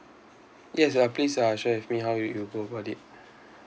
yes uh please uh share with me how you you go about it